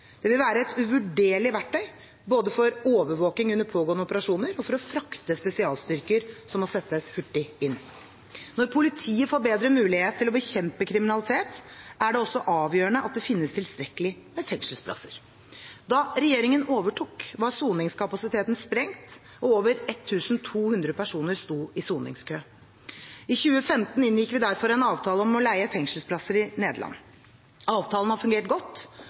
vil være et uvurderlig verktøy både for overvåking under pågående operasjoner og for å frakte spesialstyrker som må settes hurtig inn. Når politiet får bedre muligheter til å bekjempe kriminalitet, er det også avgjørende at det finnes tilstrekkelig med fengselsplasser. Da regjeringen overtok, var soningskapasiteten sprengt, og over 1 200 personer sto i soningskø. I 2015 inngikk vi derfor en avtale om leie av fengselsplasser i Nederland. Avtalen har fungert godt,